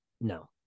No